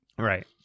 Right